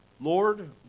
Lord